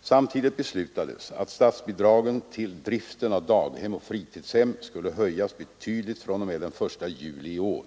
Samtidigt beslutades att statsbidragen till driften av daghem och fritidshem skulle höjas betydligt fr.o.m. den 1 juli i år.